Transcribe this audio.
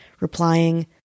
replying